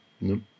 no